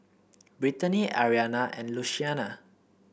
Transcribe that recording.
Brittany Ariana and Luciana